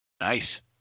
Nice